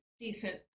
decent